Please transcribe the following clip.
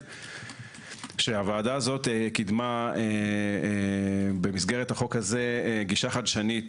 הוועדה הזאת קידמה במסגרת החוק הזה גישה חדשנית